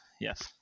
Yes